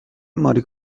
ماری